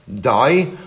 die